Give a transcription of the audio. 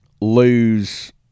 lose